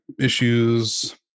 issues